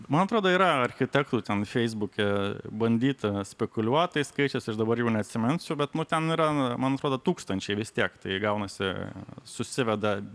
man atrodo yra architektų ten feisbuke bandyta spekuliuot tais skaičiais aš dabar jau neatsiminsiu bet nu ten yra man atrodo tūkstančiai vis tiek tai gaunasi susiveda